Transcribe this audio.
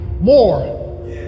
more